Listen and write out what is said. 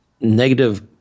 negative